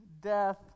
death